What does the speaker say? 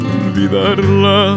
olvidarla